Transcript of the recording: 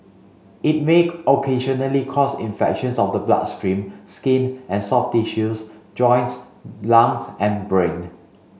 it make occasionally cause infections of the bloodstream skin and soft tissues joints lungs and brain